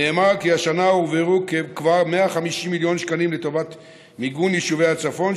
נאמר כי השנה הועברו כבר 150 מיליון שקלים לטובת מיגון יישובי הצפון,